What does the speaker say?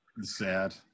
sad